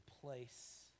place